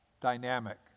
dynamic